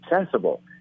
accessible